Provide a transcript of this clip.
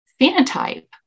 phenotype